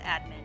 admin